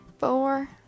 four